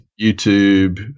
YouTube